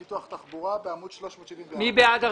פיתוח תחבורה בעמוד 374. מי בעד הרביזיה?